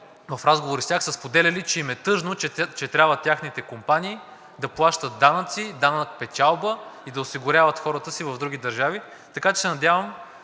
в разговори с тях са споделяли, че им е тъжно, че трябва техните компании да плащат данъци – данък печалба, и да осигуряват хората си в други държави. Така че се надявам,